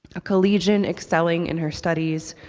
a collegian excelling in her studies,